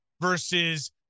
versus